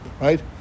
right